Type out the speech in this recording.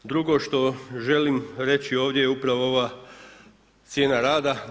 Drugo što želim reći ovdje je upravo ova cijena rada.